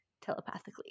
telepathically